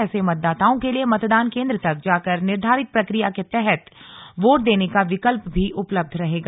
ऐसे मतदाताओं के लिए मतदान केंद्र तक जाकर निर्धारित प्रक्रिया के तहत वोट देने का विकल्प भी उपलब्ध रहेगा